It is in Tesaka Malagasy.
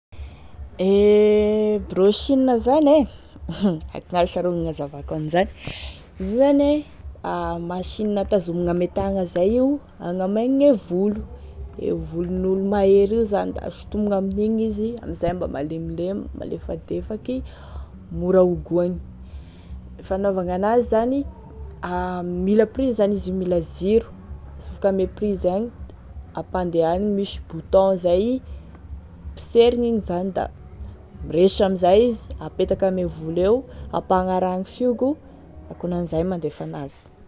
E brochine zany e ankoganaia sha rô gn'agnazavako an'izany, izy io zany e machine tazomigny ame tagna zay io hagnamaigny e, e volon'olo mahery io zany da sontomogny am'igny izy da amin'izay malemilemy, malefadefaky mora hogoiny, fanaovagny an'azy zany, mila prise zany izy io, mila ziro, asofoky ame prise agny ampandehaniny misy bouton zay, poserigny igny zany da miresitry amin'izay apetaky ame volo eo igny da ampagnaragny fihogo, akonan'izay e mandefa an'azy.